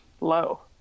low